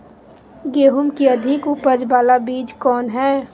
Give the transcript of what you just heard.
गेंहू की अधिक उपज बाला बीज कौन हैं?